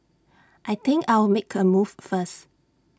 I think I'll make A move first